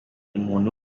umuntu